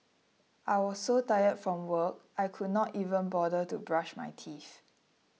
I was so tired from work I could not even bother to brush my teeth